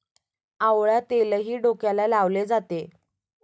आवळा तेलही डोक्याला लावले जाते